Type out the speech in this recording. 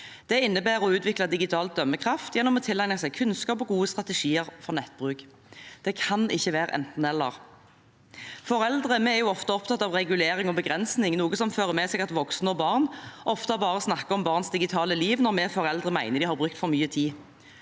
Det innebærer å utvikle digital dømmekraft gjennom å tilegne seg kunnskap og gode strategier for nettbruk. Det kan ikke være enten–eller. Vi foreldre er ofte opptatt av regulering og begrensning, noe som fører med seg at voksne og barn ofte bare snakker om barns digitale liv når vi foreldre mener de har brukt for mye tid.